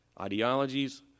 ideologies